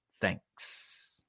thanks